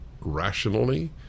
rationally